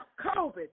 COVID